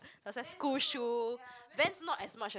plus like school shoe Vans not as much a